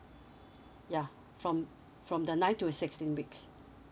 yeah from from the nine to the sixteen weeks